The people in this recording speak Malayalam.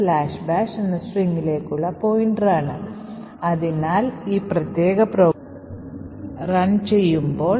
അതിനാൽ NX ബിറ്റ് enable ചെയ്ത ഒരു പ്രോസസ്സറിൽ ഈ പ്രത്യേക ആപ്ലിക്കേഷൻ യഥാർത്ഥത്തിൽ റൺ ചെയ്യുന്നതിന് ഈ പ്രത്യേക ആപ്ലിക്കേഷൻ പ്രവർത്തിക്കുന്നതിന് മുമ്പ് ഈ NX ബിറ്റ് disbale ചെയ്യേണ്ടതുണ്ട്